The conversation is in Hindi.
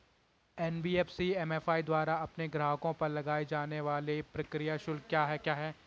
एन.बी.एफ.सी एम.एफ.आई द्वारा अपने ग्राहकों पर लगाए जाने वाले प्रक्रिया शुल्क क्या क्या हैं?